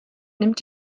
nimmt